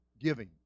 giving